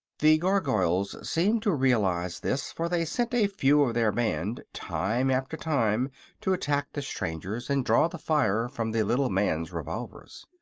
the gargoyles seemed to realize this, for they sent a few of their band time after time to attack the strangers and draw the fire from the little man's revolvers.